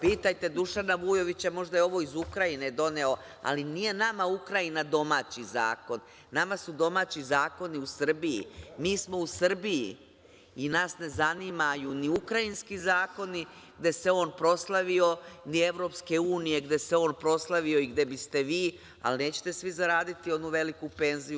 Pitajte Dušana Vujovića, možda je ovo iz Ukrajine doneo, ali nije nama Ukrajina domaći zakon, nama su domaći zakoni u Srbiji, mi smo u Srbiji i nas ne zanimaju ni Ukrajinski zakoni, gde se on proslavio, ni EU gde se on proslavio i gde bi ste vi, ali nećete svi zaraditi onu veliku penziju.